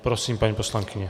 Prosím, paní poslankyně.